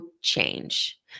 change